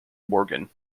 morgan